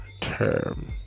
term